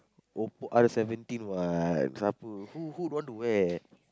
o~ out of seventeen what siape who who don't want to wear